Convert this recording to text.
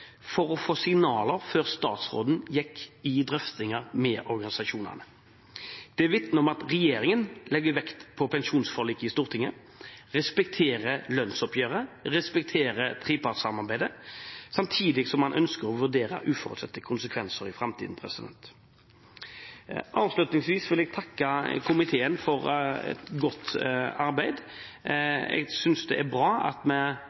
for å få signaler før statsråden gikk i drøftinger med organisasjonene. Det vitner om at regjeringen legger vekt på pensjonsforliket i Stortinget, respekterer lønnsoppgjøret og respekterer trepartssamarbeidet, samtidig som man ønsker å vurdere uforutsette konsekvenser i framtiden. Avslutningsvis vil jeg takke komiteen for et godt arbeid. Jeg synes det er bra at vi